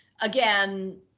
again